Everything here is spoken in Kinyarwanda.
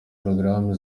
porogaramu